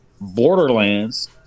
Borderlands